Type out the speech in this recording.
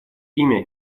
имя